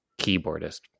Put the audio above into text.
keyboardist